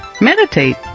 Meditate